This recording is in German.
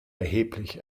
erheblich